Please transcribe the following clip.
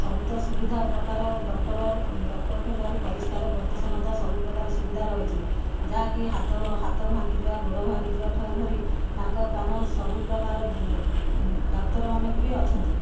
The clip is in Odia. ସବୁ ତ ସୁବିଧା ପ୍ରକାର ଡକ୍ଟର ଡକ୍ଟର ଠୁ ଧରି ପରିଷ୍କାର ପରିଚ୍ଛନ୍ନତା ସବୁପ୍ରକାର ସୁବିଧା ରହିଛି ଯାହାକି ହାତ ହାତ ଭାଙ୍ଗିଯିବା ଗୋଡ଼ ଭାଙ୍ଗିଯିବା ଠାରୁ ଧରି ନାକ କାନ ସବୁପ୍ରକାର ଡାକ୍ତରମାନେ ବି ଅଛନ୍ତି